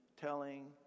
telling